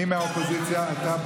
אתה,